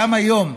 גם היום,